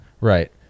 Right